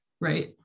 right